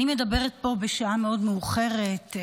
אני מדברת פה בשעה מאוד מאוחרת,